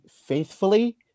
faithfully